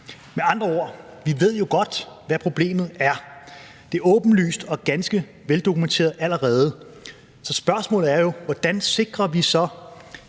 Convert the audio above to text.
Med andre ord: Vi ved jo godt, hvad problemet er. Det er åbenlyst og ganske veldokumenteret allerede. Så spørgsmålet er jo: Hvordan sikrer vi så